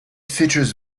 features